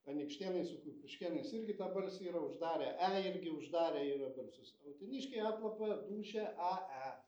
anykštėnai su kupiškėnais irgi tą balsį yra uždarę e irgi uždarę yra balsius o uteniškiai atlapa dūšia a e